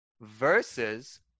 versus